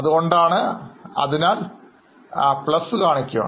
അതുകൊണ്ട് " കാണിക്കുക